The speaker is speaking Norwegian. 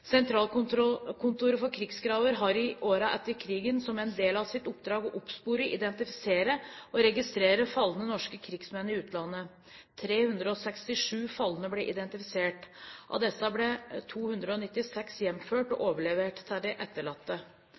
for krigsgraver har i årene etter krigen som en del av sitt oppdrag å oppspore, identifisere og registrere falne norske krigsmenn i utlandet. 367 falne ble identifisert. Av disse ble 296 hjemført og overlevert til de etterlatte.